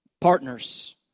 partners